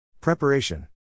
Preparation